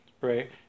right